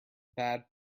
bad